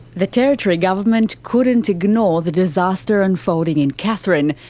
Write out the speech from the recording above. the territory government couldn't ignore the disaster unfolding in katherine,